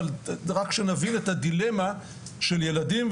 אבל רק שנבין את הדילמה של הילדים.